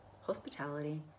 hospitality